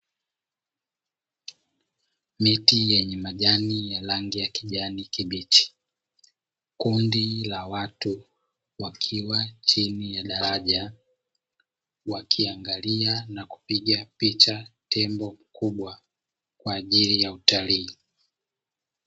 Miti yenye majani ya rangi kijani kibichi, kundi la watu wakiwa chini ya daraja wakiangalia na kupiga picha tembo mkubwa kwa ajili ya utalii.